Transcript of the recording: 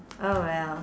oh well